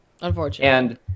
Unfortunately